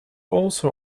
also